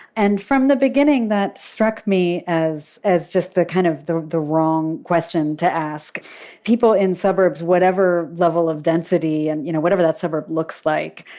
and from the beginning, that struck me as as just the kind of the the wrong question to ask people in suburbs, whatever level of density, and you know, whatever that suburb looks like,